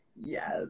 Yes